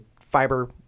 fiber